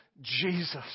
Jesus